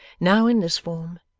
now in this form,